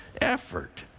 effort